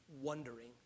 wondering